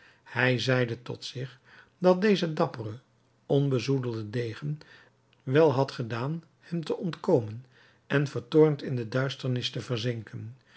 hij zeide tot zich dat deze dappere onbezoedelde degen wel had gedaan hem te ontkomen en vertoornd in de duisternis te